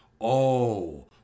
Oh